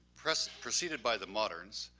press proceeded by the moderns,